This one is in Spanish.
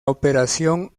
operación